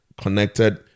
connected